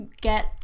get